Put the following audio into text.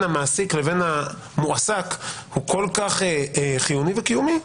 המעסיק לבין המועסק הוא כל-כך חיוני וקיומי,